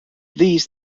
these